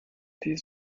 dies